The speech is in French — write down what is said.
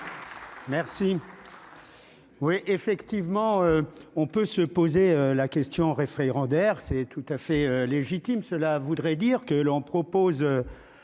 Merci. Oui, effectivement on peut se poser la question référendaire. C'est tout à fait légitime, cela voudrait dire que l'on propose.